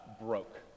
broke